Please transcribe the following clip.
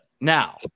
Now